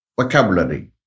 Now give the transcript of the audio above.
vocabulary